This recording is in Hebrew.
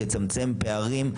לצמצם פערים,